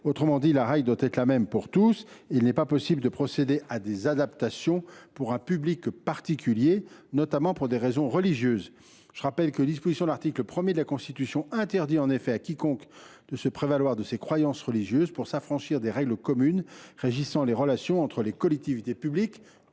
Autrement dit, la règle doit être la même pour tous. Il n’est pas possible de procéder à des adaptations pour un public particulier, notamment pour des raisons religieuses. Je rappelle que les dispositions de l’article premier de la Constitution interdisent en effet à quiconque de se prévaloir de ses croyances religieuses pour s’affranchir des règles communes régissant les relations entre les collectivités publiques